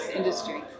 industry